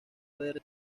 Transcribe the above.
haber